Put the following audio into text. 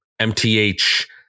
MTH